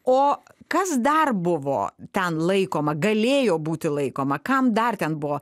o kas dar buvo ten laikoma galėjo būti laikoma kam dar ten buvo